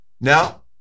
Now